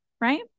right